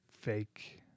fake